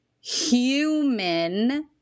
Human